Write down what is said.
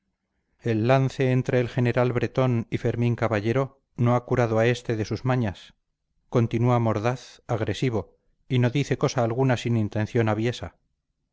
el lance entre el general bretón y fermín caballero no ha curado a este de sus mañas continúa mordaz agresivo y no dice cosa alguna sin intención aviesa